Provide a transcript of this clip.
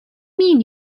mean